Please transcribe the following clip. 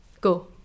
Go